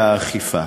והאכיפה.